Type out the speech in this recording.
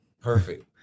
perfect